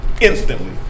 instantly